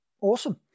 Awesome